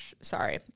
Sorry